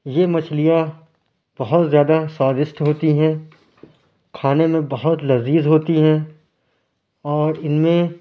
یہ مچھلیاں بہت زیادہ سوادسٹ ہوتی ہیں کھانے میں بہت لذیذ ہوتی ہیں اور اِن میں